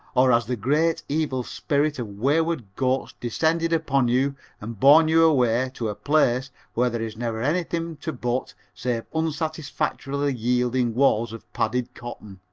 or has the great evil spirit of wayward goats descended upon you and borne you away to a place where there is never anything to butt save unsatisfactorily yielding walls of padded cotton?